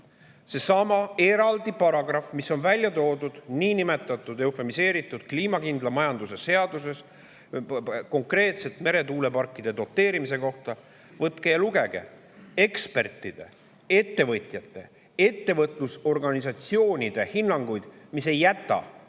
Seesama eraldi paragrahv, mis on välja toodud niinimetatud eufemiseeritud kliimakindla majanduse seaduses konkreetselt meretuuleparkide doteerimise kohta – võtke ja lugege ekspertide, ettevõtjate, ettevõtlusorganisatsioonide hinnanguid, mis ei jäta